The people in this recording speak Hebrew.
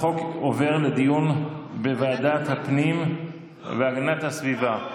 החוק עובר לדיון בוועדת הפנים והגנת הסביבה.